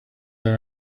him